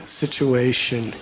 situation